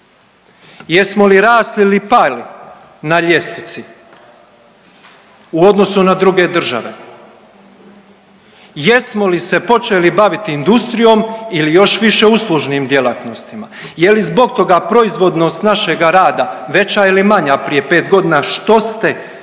Jesmo li rasli ili pali na ljestvici u odnosu na druge države? Jesmo li se počeli baviti industrijom ili još više uslužnim djelatnostima? Je li zbog toga proizvodnost našega rada veća ili manja prije 5 godina, što ste,